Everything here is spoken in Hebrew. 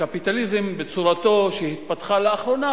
בצורתו שהתפתחה לאחרונה,